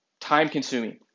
Time-consuming